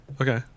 Okay